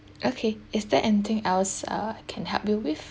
okay is there anything else uh I can help you with